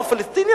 העם הפלסטיני,